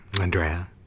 Andrea